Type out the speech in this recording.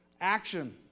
action